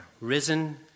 risen